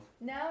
No